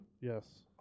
Yes